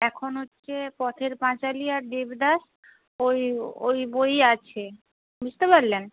এখন হচ্ছে পথের পাঁচালী আর দেবদাস ওই ওই বইই আছে বুঝতে পারলেন